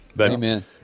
Amen